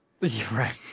Right